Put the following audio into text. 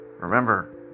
Remember